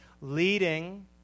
leading